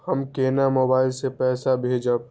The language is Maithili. हम केना मोबाइल से पैसा भेजब?